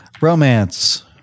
Romance